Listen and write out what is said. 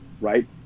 Right